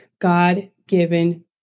God-given